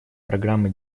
программы